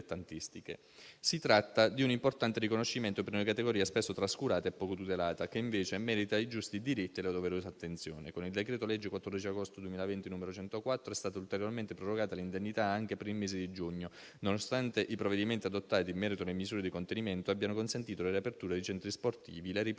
Si tratta di un importante riconoscimento per una categoria spesso trascurata e poco tutelata che invece merita i giusti diritti e la doverosa attenzione. Con il decreto-legge 14 agosto 2020, n. 104 è stata ulteriormente prorogata l'indennità anche per il mese di giugno. Nonostante i provvedimenti adottati in merito alle misure di contenimento abbiano consentito la riapertura dei centri sportivi, la ripresa delle attività